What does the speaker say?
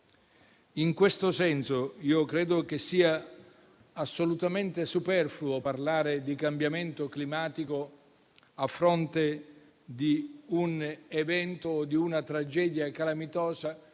In questo senso, credo che sia assolutamente superfluo parlare di cambiamento climatico, a fronte di un evento e di una tragedia calamitosa